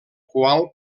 qual